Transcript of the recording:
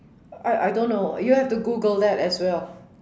I I don't know you have to Google that as well